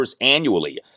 annually